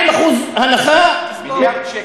מיליארד שקל.